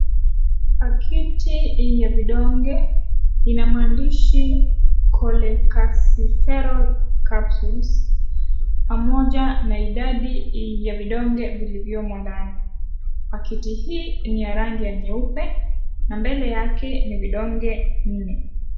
Pakiti yenye vidonge ina maandishi cholecalciferol capsules pamoja na idadi yenye vidonge vilivyomo ndani. Pakiti hii ni ya rangi nyeupe na mbele yake ni vidonge vinne.